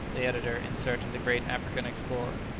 the editor, in search of the great african explorer.